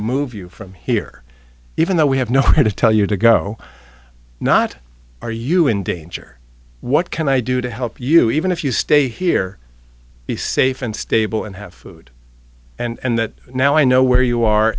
move you from here even though we have no right to tell you to go not are you in danger what can i do to help you even if you stay here be safe and stable and have food and that now i know where you are